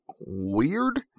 weird